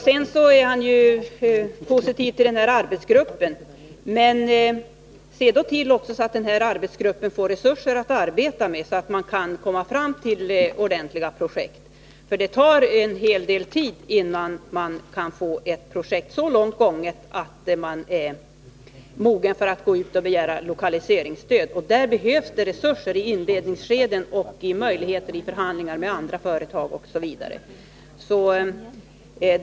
Sedan är han positiv till den här arbetsgruppen — men se då också till att arbetsgruppen får resurser att arbeta med, så att den kan komma fram med ordentliga projekt. Det tar nämligen en hel del tid innan ett projekt är så långt gånget att man är mogen att gå ut och begära lokaliseringsstöd. Därför behövs resurser i inledningsskedet för att det skall vara möjligt att föra förhandlingar med andra företag osv.